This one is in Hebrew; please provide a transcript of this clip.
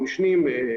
המשנים,